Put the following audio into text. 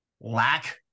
lack